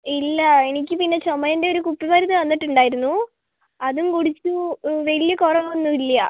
ഇല്ല എനിക്ക് പിന്നെ ചോമയിൻ്റെ ഒരു കുപ്പി മരുന്ന് തന്നിട്ടുണ്ടായിരുന്നു അതും കുടിച്ചു വലിയ കുറവൊന്നും ഇല്ല